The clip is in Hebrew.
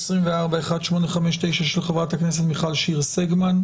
פ/1859/24, של חה"כ מיכל שיר סגמן,